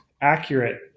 accurate